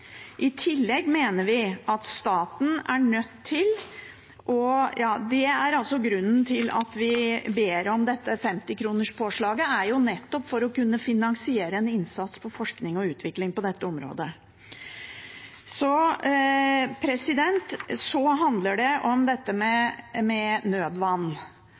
I tillegg mener vi at staten er nødt til å kunne finansiere innsats på forskning og utvikling på dette området, og det er grunnen til at vi ber om dette